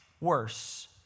worse